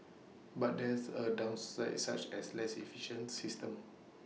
but there are downsides such as less efficient system